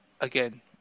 Again